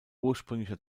ursprünglicher